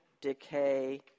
decay